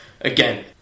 again